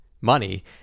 money